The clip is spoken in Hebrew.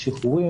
מחקר משווה,